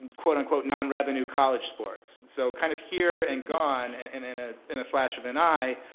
quote, unquote non-revenue college sports. so kind of here and gone and and in ah in a flash of an eye.